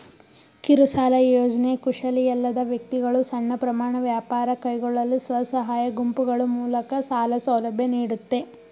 ಕಿರುಸಾಲ ಯೋಜ್ನೆ ಕುಶಲಿಯಲ್ಲದ ವ್ಯಕ್ತಿಗಳು ಸಣ್ಣ ಪ್ರಮಾಣ ವ್ಯಾಪಾರ ಕೈಗೊಳ್ಳಲು ಸ್ವಸಹಾಯ ಗುಂಪುಗಳು ಮೂಲಕ ಸಾಲ ಸೌಲಭ್ಯ ನೀಡುತ್ತೆ